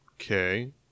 Okay